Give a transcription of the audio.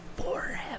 forever